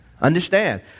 Understand